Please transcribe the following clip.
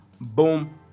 Boom